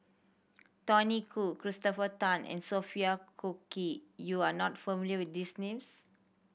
Tony Khoo Christopher Tan and Sophia Cookie you are not familiar with these names